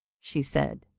she said,